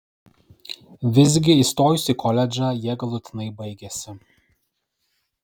visgi įstojus į koledžą jie galutinai baigėsi